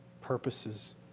purposes